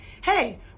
hey